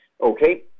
Okay